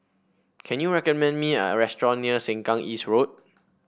can you recommend me a restaurant near Sengkang East Road